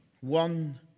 one